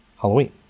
Halloween